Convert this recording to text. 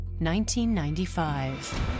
1995